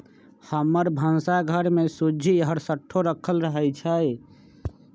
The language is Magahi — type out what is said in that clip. हमर भन्सा घर में सूज्ज़ी हरसठ्ठो राखल रहइ छै